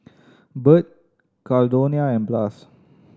Burt Caldonia and Blas